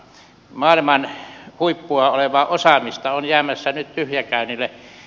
maailman huippua olevaa osaamista on jäämässä nyt tyhjäkäynnille